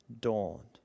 dawned